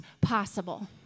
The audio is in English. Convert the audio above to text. possible